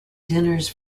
dinners